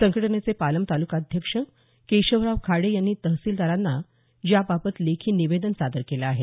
संघटनेचे पालम तालुकाध्यक्ष केशवराव खाडे यांनी तहसीलदारांना याबाबत लेखी निवेदन सादर केलं आहे